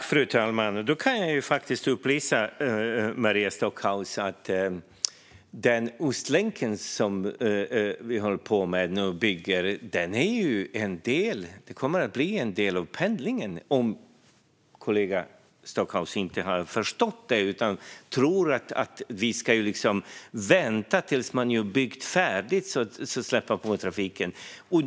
Fru talman! Jag kan upplysa Maria Stockhaus om att Ostlänken som vi nu håller på att bygga kommer att bli en del av pendlingen. Det verkar som att kollegan Stockhaus inte har förstått det utan tror att vi ska vänta tills man har byggt färdigt och sedan släppa på trafiken.